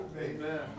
Amen